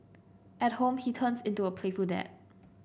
at home he turns into a playful dad